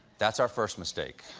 that's our first mistake.